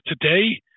today